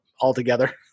altogether